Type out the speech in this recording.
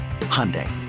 Hyundai